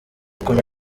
kunywa